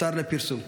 "הותר לפרסום".